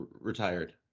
retired